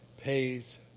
pays